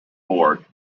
board